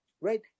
right